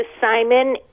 Simon